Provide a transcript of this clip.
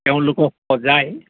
তেওঁলোকক সজাই